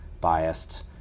biased